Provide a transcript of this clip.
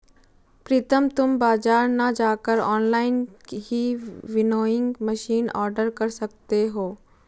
प्रितम तुम बाजार ना जाकर ऑनलाइन ही विनोइंग मशीन ऑर्डर कर सकते हो